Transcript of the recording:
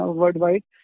worldwide